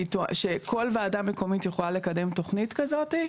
שכל ועדה מקומית יכולה לקדם תכנית כזאת.